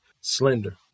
slender